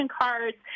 cards